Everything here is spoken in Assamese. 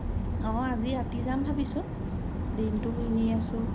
অঁ আজি ৰাতি যাম ভাবিছোঁ দিনটোও এনেই আছোঁ